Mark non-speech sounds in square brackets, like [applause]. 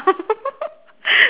[laughs]